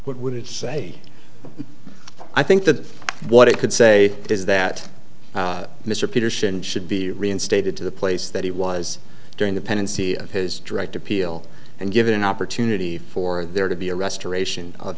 what would it say i think that what it could say is that mr peterson should be reinstated to the place that he was during the pendency of his direct appeal and given an opportunity for there to be a restoration of